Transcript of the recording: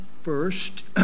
first